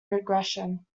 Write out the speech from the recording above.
regression